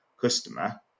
customer